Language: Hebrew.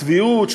צביעות,